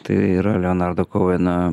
tai yra leonardo koueno